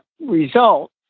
result